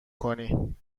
کنی